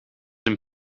een